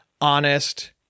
honest